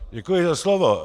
Děkuji za slovo.